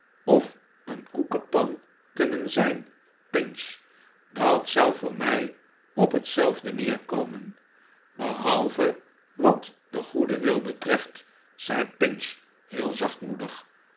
of een koekenpan kunnen zijn pinch dat zou voor rnij op hetzelfde neerkomen behalve wat den goeden wil betreft zei pinch heel zachtmoedig